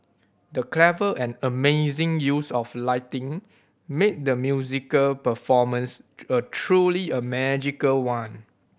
the clever and amazing use of lighting made the musical performance a truly a magical one